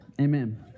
Amen